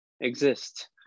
Exist